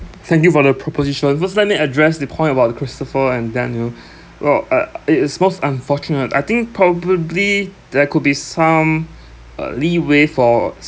thank you for the proposition first let me address the point about the Christopher and Daniel well uh it is most unfortunate I think probably there could be some uh leeway for